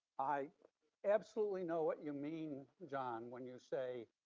i absolutely know what you mean, john, when you say,